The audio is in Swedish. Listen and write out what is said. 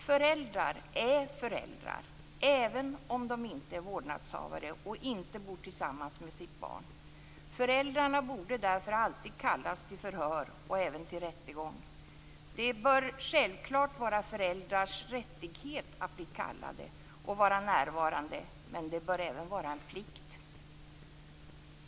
Föräldrar är föräldrar även om de inte är vårdnadshavare och inte bor tillsammans med sitt barn. Föräldrarna borde därför alltid kallas till förhör och även till rättegång. Det bör självklart vara föräldrars rättighet att bli kallade och vara närvarande, men det bör även vara en plikt.